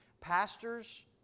Pastors